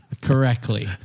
correctly